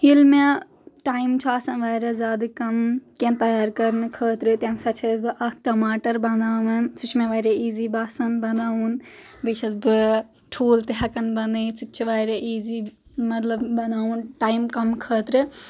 ییٚلہِ مےٚ ٹایم چھ آسان واریاہ زیادٕ کم کیٚنٛہہ تیار کرنہٕ خٲطرٕ تمہِ ساتہٕ چھس بہٕ اکھ ٹماٹر بناوان سُہ چھ مےٚ واریاہ ایٖزی باسان بناوُن بیٚیہِ چِھس بہٕ ٹھوٗل تہِ ہیکان بنٲوِتھ سُہ تہِ چھ واریاہ ایزی مطلب بناوُن ٹایم کم خٲطرٕ